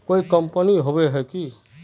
कोई कंपनी होबे है की?